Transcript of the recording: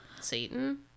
Satan